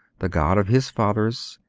the god of his fathers,